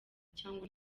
cyangwa